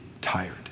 tired